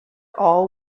all